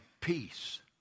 peace